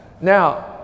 now